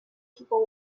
people